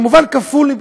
כמובן כפול,